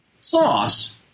sauce